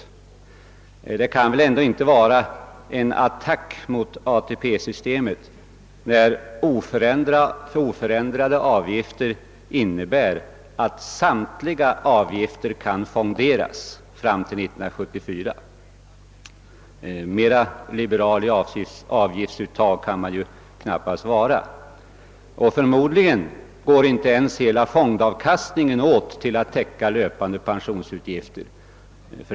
Det kan väl inte vara en attack mot ATP-systemet, när oförändrade avgifter innebär att samtliga avgifter kan fonderas fram till 1974; mer liberal i fråga om avgiftsuttaget kan man knappast vara. Förmodligen går inte ens hela fondavkastningen åt för att täcka löpande pensionsutgifter.